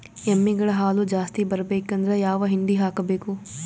ಎಮ್ಮಿ ಗಳ ಹಾಲು ಜಾಸ್ತಿ ಬರಬೇಕಂದ್ರ ಯಾವ ಹಿಂಡಿ ಹಾಕಬೇಕು?